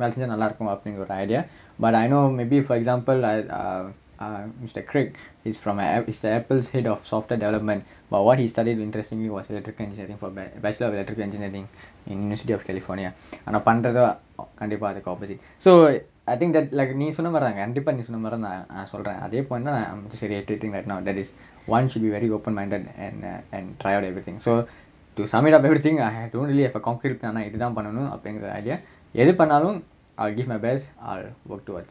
வேல செஞ்சா நல்லா இருக்கும் அப்படிங்குற ஒரு:ellaarukkum maari thaan naa padicha otti naa vela senja nallaa irukkum appdingura oru idea but I know maybe for example like uh uh mister creek he's from an ep~ he's the apple's head of software development but what he studied interestingly was electric engineering for bachelor of electrical engineering in university of california ஆனா பண்றதோ கண்டிப்பா அதுக்கு:aanaa pandratho kandippaa athukku opposite so I think that like நீ சொன்ன மாறி தான் கண்டிப்பா நீ சொன்ன மாறி தான் நா சொல்றேன் அதே:nee sonna maari thaan kandippaa nee sonna maari thaan naa solraen athae point தான்:thaan that is [one] should be very open minded and err and try out everything so to sum it up everything I have don't really have a concrete இது தான் பண்ணனும் அப்படிங்குற:ithu thaan pannanum appadingura idea எது பண்ணாலும்:ethu pannaalum I'll give my best I'll work towards